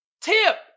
Tip